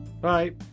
Bye